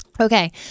Okay